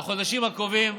בחודשים הקרובים,